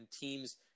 teams